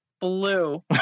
blue